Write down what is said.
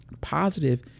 Positive